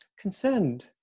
concerned